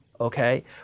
okay